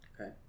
Okay